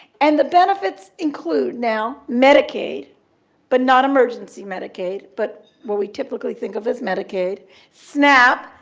and the benefits include now medicaid but not emergency medicaid, but what we typically think of as medicaid snap,